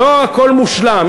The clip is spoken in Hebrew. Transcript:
לא הכול מושלם,